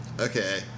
Okay